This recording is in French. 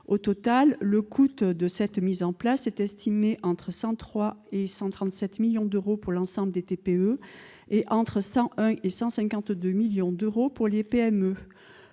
Au total, le coût de cette mise en place est estimé entre 103 millions et 137 millions d'euros pour l'ensemble des TPE et entre 101 millions et 152 millions d'euros pour les PME.